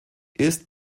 ist